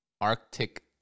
Arctic